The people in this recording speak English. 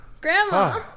Grandma